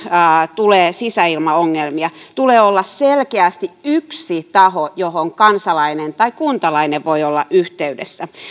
tulee sisäilmaongelmia tulee olla selkeästi yksi taho johon kansalainen tai kuntalainen voi olla yhteydessä